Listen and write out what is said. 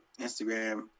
Instagram